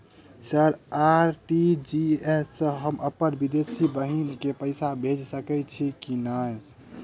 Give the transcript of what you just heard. Sir RTGS सँ हम अप्पन विदेशी बहिन केँ पैसा भेजि सकै छियै की नै?